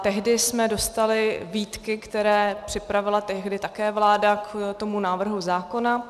Tehdy jsme dostali výtky, které připravila tehdy také vláda k tomu návrhu zákona.